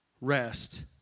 rest